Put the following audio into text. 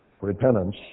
Repentance